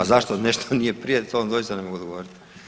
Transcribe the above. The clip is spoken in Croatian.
A zašto nešto nije prije to vam doista ne mogu odgovoriti.